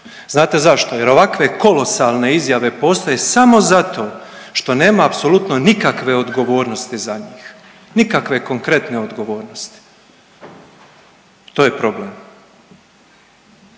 Znate zašto? Jer ovakve kolosalne izjave postoje samo zato što nema apsolutno nikakve odgovornosti za njih, nikakve konkretne odgovornosti. To je problem.